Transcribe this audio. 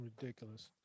ridiculous